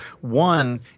one